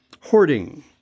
hoarding